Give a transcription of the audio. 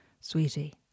Sweetie